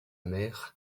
mère